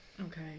Okay